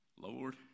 Lord